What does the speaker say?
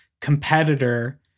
competitor